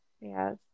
Yes